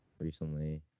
recently